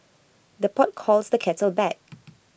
the pot calls the kettle back